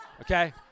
okay